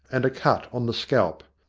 and a cut on the scalp.